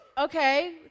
Okay